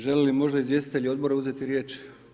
Želi li možda izvjestitelj odbora uzeti riječ?